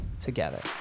together